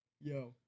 Yo